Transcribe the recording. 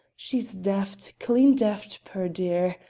she's daft clean daft, puir dear!